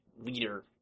leader